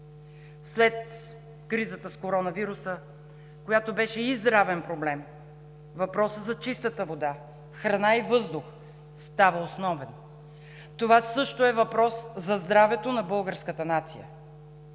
След кризата с коронавируса, която беше и здравен проблем, въпросът за чистата вода, храна и въздух става основен, това също е въпрос за здравето на българската нация.